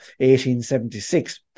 1876